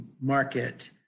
market